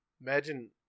Imagine